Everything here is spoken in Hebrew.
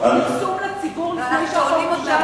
פרסום לציבור לפני שהחוק אושר?